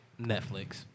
Netflix